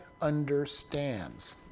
understands